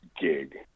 gig